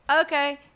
okay